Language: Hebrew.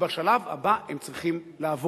ובשלב הבא הם צריכים לעבוד.